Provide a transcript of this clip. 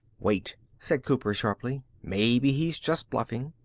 wait, said cooper sharply. maybe he's just bluffing.